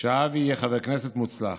שאבי יהיה חבר כנסת מוצלח,